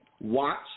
Watch